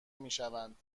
میشوند